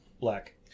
black